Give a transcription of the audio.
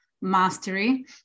mastery